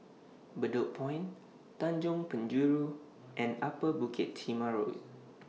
Bedok Point Tanjong Penjuru and Upper Bukit Timah Road